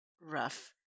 rough